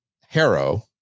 harrow